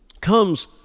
comes